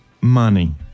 Money